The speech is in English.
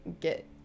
get –